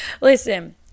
listen